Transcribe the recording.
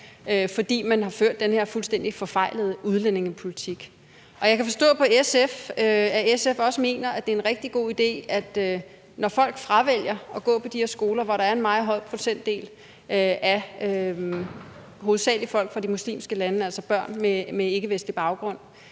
fordi man har ført den her fuldstændig forfejlede udlændingepolitik. Jeg kan forstå på SF, at SF også mener, at det er en rigtig god idé, at når folk fravælger at gå på de her skoler, hvor der er en meget høj procentdel af hovedsagelig folk fra de muslimske lande, altså børn med ikkevestlig baggrund,